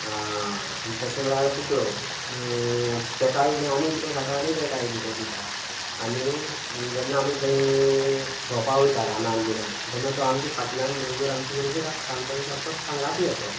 आनी तशें म्हळ्यार कुत्रो तेकाय जें आमी कितें खाता आमी तेकाय बी तें दिता आनी जेन्ना आमी खंय भोंवपा वयता रानांत बिनान तेन्ना तो आमचे फाटल्यान बरोबर आमचे बरोबर आसता आनी तो एक आमचो सांगाती असो